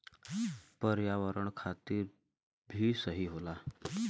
पर्यावरण खातिर भी सही होला